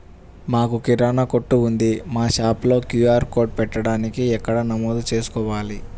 మాకు కిరాణా కొట్టు ఉంది మా షాప్లో క్యూ.ఆర్ కోడ్ పెట్టడానికి ఎక్కడ నమోదు చేసుకోవాలీ?